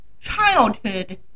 childhood